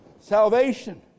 Salvation